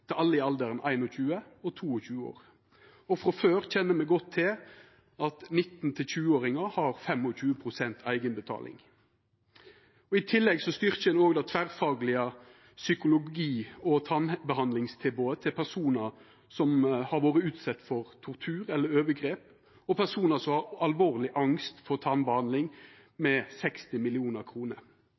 til alle i alderen 21 og 22 år. Frå før kjenner me godt til at 19- og 20-åringar har 25 pst. eigenbetaling. I tillegg styrkjer ein det tverrfaglege psykologi- og tannbehandlingstilbodet til personar som har vore utsette for tortur eller overgrep, og personar som har alvorleg angst for tannbehandling, med 60